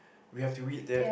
we have to read that